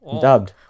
dubbed